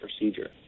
procedure